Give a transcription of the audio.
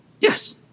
Yes